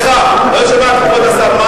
לא שמעתי, כבוד השר.